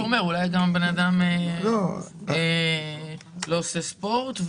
הוא אומר שאולי זה אדם שגם לא עושה ספורט.